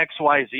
xyz